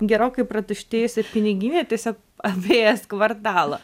gerokai pratuštėjusią piniginę tiesiog apėjęs kvartalą